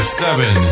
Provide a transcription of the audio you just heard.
seven